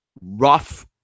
rough